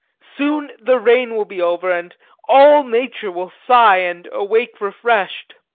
soon the rain will be over, and all nature will sigh and awake refreshed.